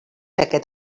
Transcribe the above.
aquest